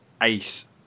ace